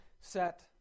set